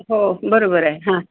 हो बरोबर आहे हां